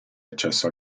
accesso